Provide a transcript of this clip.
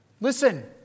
Listen